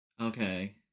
Okay